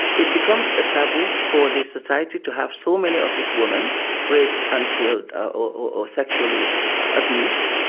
it becomes a taboo for the society to have so many of its women raped and killed, or sexually abused.